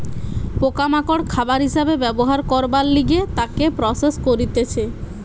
পোকা মাকড় খাবার হিসাবে ব্যবহার করবার লিগে তাকে প্রসেস করতিছে